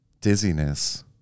dizziness